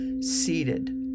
seated